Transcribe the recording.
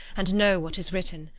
and know what is written.